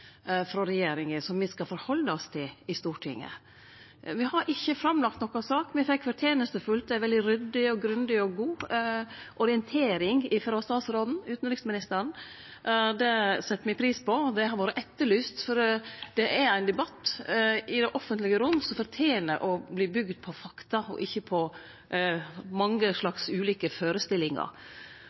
frå regjeringa som me i Stortinget skal handsame. Det er ikkje lagt fram noka sak. Me fekk fortenestefullt ei veldig ryddig, grundig og god orientering frå utanriksministeren. Det sette me pris på, og det har vore etterlyst, for det er ein debatt i det offentlege rom som fortener å verte bygd på fakta og ikkje på mange slags ulike førestillingar.